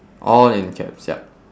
all in caps yup